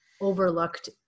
overlooked